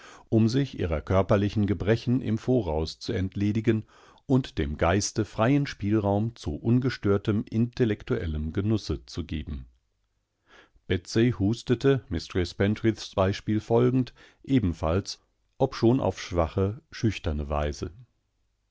um sich ihrer körperlichen gebrechen im voraus zu entledigen und dem geiste freien spielraum zu ungestörtem intellektuellem genussezugeben betsey hustete mistreß pentreaths beispiele folgend ebenfalls obschon auf schwache schüchterneweise